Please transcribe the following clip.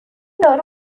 دارو